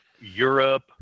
Europe